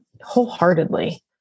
wholeheartedly